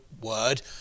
word